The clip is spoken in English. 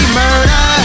murder